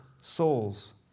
souls